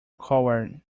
coward